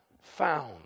found